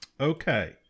Okay